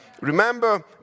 Remember